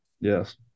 Yes